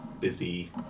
busy